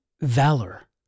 valor